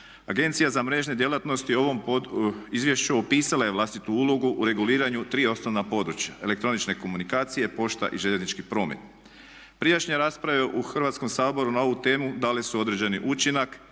Agencija za mrežne djelatnosti u ovim izvješću opisala je vlastitu ulogu u reguliranju tri osnovna područja elektroničke komunikacije, pošta i željeznički promet. Prijašnje rasprave u Hrvatskom saboru na ovu temu dale su određeni učinak